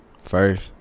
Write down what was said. first